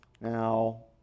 Now